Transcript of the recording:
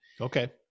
Okay